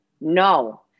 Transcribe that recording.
No